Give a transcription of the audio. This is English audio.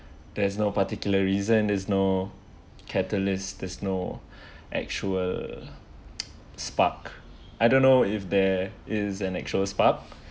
there's no particular reason there's no catalyst there's no actual spark I don't know if there is an actual spark